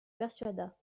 persuada